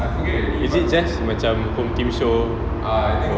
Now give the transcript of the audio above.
is it just macam home team show